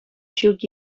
ҫук